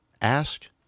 ask